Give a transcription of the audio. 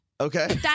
Okay